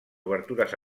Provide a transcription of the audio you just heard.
obertures